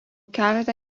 keletą